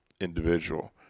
individual